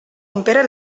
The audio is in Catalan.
impera